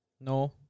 No